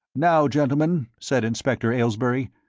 now, gentlemen, said inspector aylesbury,